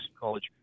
College